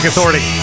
Authority